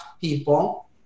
people